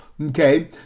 Okay